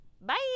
Bye